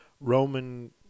Roman